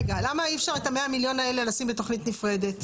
למה אי אפשר את ה-100 מיליון האלה לשים בתכנית נפרדת?